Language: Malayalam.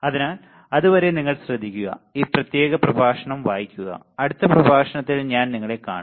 അതിനാൽ അതുവരെ നിങ്ങൾ ശ്രദ്ധിക്കുക ഈ പ്രത്യേക പ്രഭാഷണം വായിക്കുക അടുത്ത പ്രഭാഷണത്തിൽ ഞാൻ നിങ്ങളെ കാണും